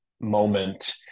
moment